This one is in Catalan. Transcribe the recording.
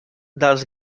dels